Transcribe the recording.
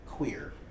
Queer